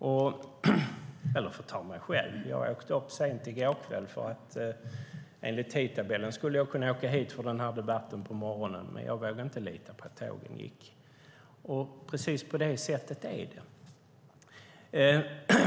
Jag kan berätta hur det är för mig. Jag åkte till Stockholm sent i går kväll. Enligt tidtabellen skulle jag kunna åka hit i dag på morgonen för denna debatt, men jag vågade inte lita på att tågen gick. Precis på det sättet är det.